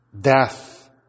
death